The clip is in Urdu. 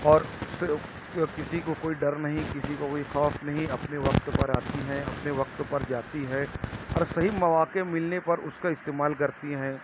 اور پھر اور کسی کو کوئی ڈر نہیں کسی کو کوئی خوف نہیں اپنے وقت پر آتی ہیں اپنے وقت پر جاتی ہیں اورصحیح مواقع ملنے پر اس کا استعمال کرتی ہیں